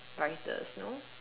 writers you know